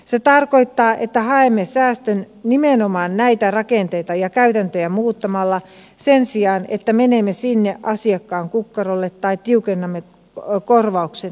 se tarkoittaa että haemme säästön nimenomaan näitä rakenteita ja käytäntöjä muuttamalla sen sijaan että menemme sinne asiakkaan kukkarolle tai tiukennamme korvauksen ehtoja